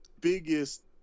biggest